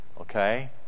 okay